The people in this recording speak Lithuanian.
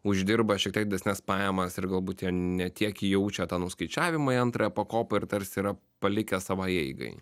uždirba šiek tiek didesnes pajamas ir galbūt jie ne tiek jaučia tą nuskaičiavimą į antrąją pakopą ir tarsi yra palikę savai eigai